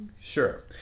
Sure